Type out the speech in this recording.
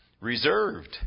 reserved